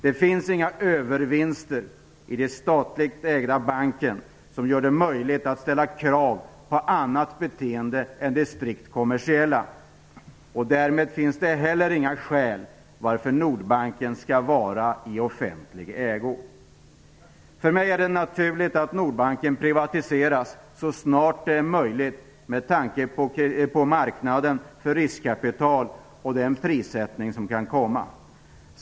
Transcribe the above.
Det finns inga övervinster i den statligt ägda banken som gör det möjligt att ställa krav på annat beteende än det strikt kommersiella, och därmed finns det heller inga skäl till att Nordbanken skall vara i offentlig ägo. För mig är det naturligt att Nordbanken privatiseras så snart det är möjligt med tanke på marknaden för riskkapital och den prissättning som kan komma.